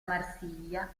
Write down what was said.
marsiglia